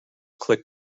click